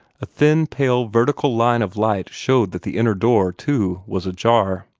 a thin, pale, vertical line of light showed that the inner door, too, was ajar.